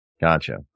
Gotcha